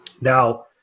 Now